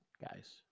guys